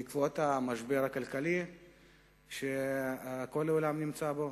בעקבות המשבר הכלכלי שכל העולם נמצא בו.